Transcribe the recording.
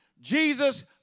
Jesus